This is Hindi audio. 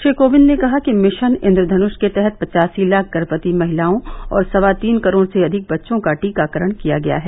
श्री कोविंद ने कहा कि मिशन इन्द्रधन् ा के तहत पचासी लाख गर्भवर्ती महिलाओं और सवा तीन करोड़ से अधिक बच्चों का टीकाकरण किया गया है